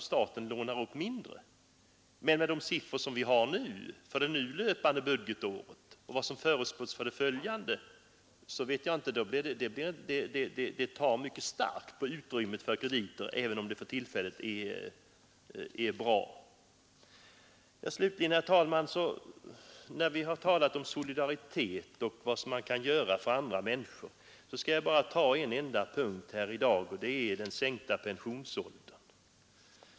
Siffrorna för det nu löpande budgetåret — och de siffror som förutspås för det kommande — innebär att statens upplåning tar mycket stor del av utrymmet på kreditmarknaden, även om det för tillfället är bra. När det gäller frågan om solidariteten och vad vi kan göra för andra människor skall jag beröra en enda punkt, nämligen frågan om en sänkning av pensionsåldern.